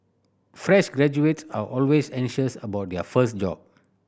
fresh graduates are always anxious about their first job